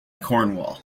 cornwall